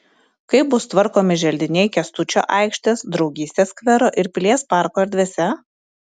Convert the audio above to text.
kaip bus tvarkomi želdiniai kęstučio aikštės draugystės skvero ir pilies parko erdvėse